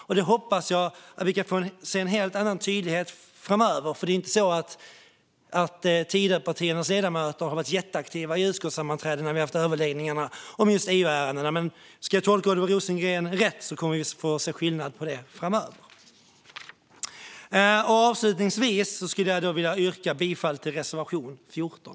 Jag hoppas att vi får se en helt annan tydlighet framöver, för Tidöpartiernas ledamöter har inte varit jätteaktiva under utskottssammanträdena när vi har haft överläggningar om just EU-ärenden. Men om jag tolkar Oliver Rosengren rätt kommer det att bli skillnad framöver. Avslutningsvis skulle jag vilja yrka bifall till reservation 14.